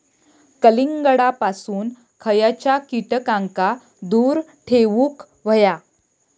कलिंगडापासून खयच्या कीटकांका दूर ठेवूक व्हया?